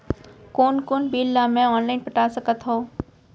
कोन कोन बिल ला मैं ऑनलाइन पटा सकत हव?